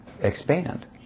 expand